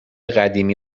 قدیمی